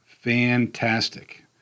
fantastic